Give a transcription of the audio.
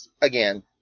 again